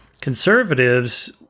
conservatives